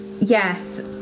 Yes